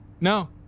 No